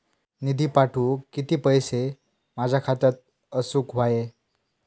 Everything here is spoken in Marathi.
निधी पाठवुक किती पैशे माझ्या खात्यात असुक व्हाये?